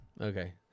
Okay